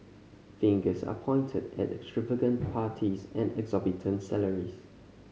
fingers are pointed at extravagant parties and exorbitant salaries